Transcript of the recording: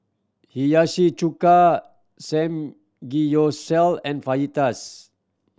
Hiyashi Chuka Samgeyopsal and Fajitas